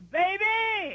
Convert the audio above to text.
baby